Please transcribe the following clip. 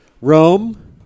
rome